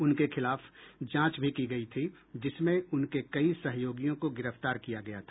उनके खिलाफ जांच भी की गयी थी जिसमें उनके कई सहयोगियों को गिरफ्तार किया गया था